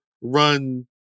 run